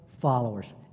followers